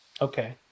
Okay